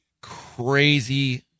crazy